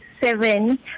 Seven